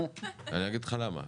אני אגיד לך למה,